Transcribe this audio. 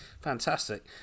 Fantastic